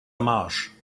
marsch